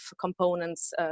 components